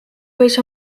võis